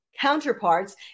counterparts